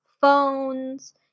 phones